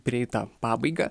prieitą pabaigą